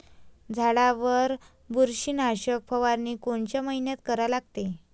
झाडावर बुरशीनाशक फवारनी कोनच्या मइन्यात करा लागते?